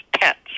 pets